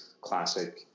classic